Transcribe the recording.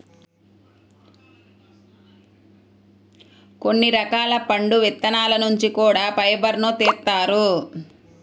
కొన్ని రకాల పండు విత్తనాల నుంచి కూడా ఫైబర్ను తీత్తారు